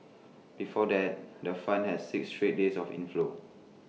before that the fund had six straight days of inflows